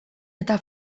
eta